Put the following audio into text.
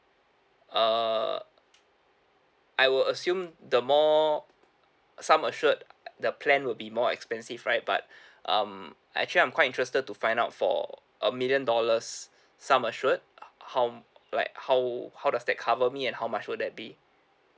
err I will assume the more sum insured the plan will be more expensive right but um actually I'm quite interested to find out for a million dollars sum insured how like how how does that cover me and how much will that be